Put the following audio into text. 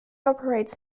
operates